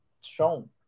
shown